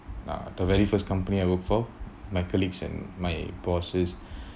uh the very first company I worked for my colleagues and my bosses